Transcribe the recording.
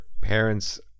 parents